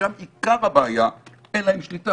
ששם עיקר הבעיה, אין להם שליטה.